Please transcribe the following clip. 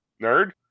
Nerd